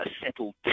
settled